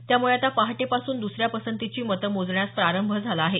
त्यामुळे आता पहाटेपासून दुसऱ्या पसंतीची मतं मोजण्यास प्रारंभ झाला आहे